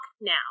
now